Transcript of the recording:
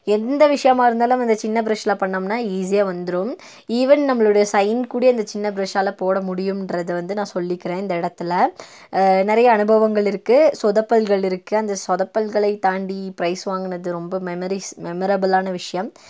எந்த விஷயமாக இருந்தாலும் அந்த சின்ன ப்ரஷ்ஷில் பண்ணோம்னா ஈஸியாக வந்துடும் ஈவென் நம்மளுடைய சைன் கூட அந்த சின்ன ப்ரஷ்ஷால் போட முடியும்ங்றது வந்து நான் சொல்லிக்கிறேன் இந்த இடத்துல நிறைய அனுபவங்கள் இருக்குது சொதப்பல்கள் இருக்குது அந்த சொதப்பல்களை தாண்டி ப்ரைஸு வாங்கினது ரொம்ப மெமரிஸ் மெமரபுளான விஷயம்